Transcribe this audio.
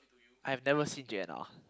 I've never seen J_N_R